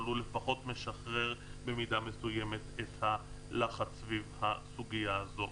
אבל הוא לפחות משחרר במידה מסוימת את הלחץ סביב הסוגיה הזו.